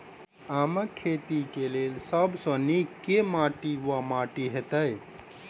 आमक खेती केँ लेल सब सऽ नीक केँ माटि वा माटि हेतै?